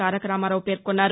తారకరామారావు పేర్కొన్నారు